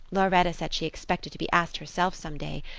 lauretta said she expected to be asked herself someday.